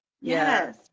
Yes